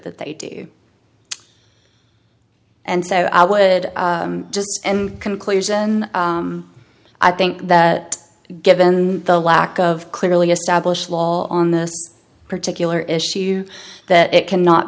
that they do and so i would just end conclusion i think that given the lack of clearly established law on this particular issue that it cannot